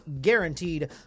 Guaranteed